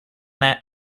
that